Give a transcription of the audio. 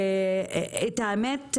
את האמת,